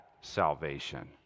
salvation